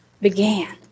began